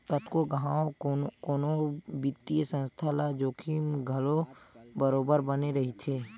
कतको घांव कोनो बित्तीय संस्था ल जोखिम घलो बरोबर बने रहिथे